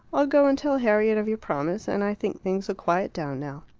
i'll go and tell harriet of your promise, and i think things'll quiet down now.